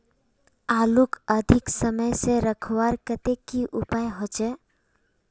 आलूक अधिक समय से रखवार केते की उपाय होचे?